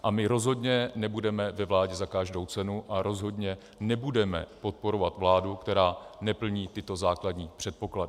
A my rozhodně nebudeme ve vládě za každou cenu a rozhodně nebudeme podporovat vládu, která neplní tyto základní předpoklady.